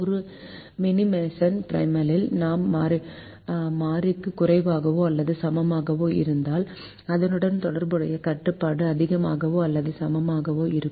ஒரு மினிமேசன் ப்ரைமலில் நான் மாறிக்கு குறைவாகவோ அல்லது சமமாகவோ இருந்தால் அதனுடன் தொடர்புடைய கட்டுப்பாடு அதிகமாகவோ அல்லது சமமாகவோ இருக்கும்